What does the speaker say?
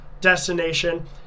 destination